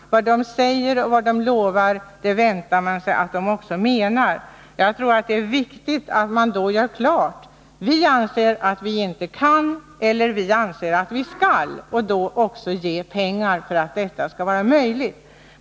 Vad de säger och lovar, det väntar man sig att de också menar. Jag tror att det är viktigt att då göra klart och säga ”Vi anser inte att vi kan” eller ”Vi anser att vi skall” och då också ge pengar så att det blir möjligt.